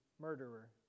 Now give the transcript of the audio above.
murderer